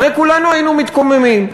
הרי כולנו היינו מתקוממים,